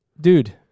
dude